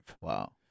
Wow